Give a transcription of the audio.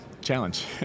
challenge